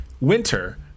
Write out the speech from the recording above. winter